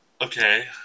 Okay